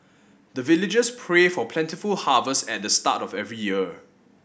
the villagers pray for plentiful harvest at the start of every year